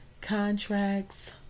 contracts